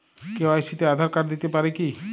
KYC তে Aadhaar card দিতে পারি কি?